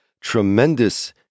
tremendous